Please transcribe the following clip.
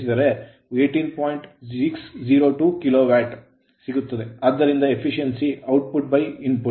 602 kilo watt kilowatt ಸಿಗುತ್ತದೆ ಆದ್ದರಿಂದ efficiency ದಕ್ಷತೆ ಔಟ್ಪುಟ್ ಇನ್ಪುಟ್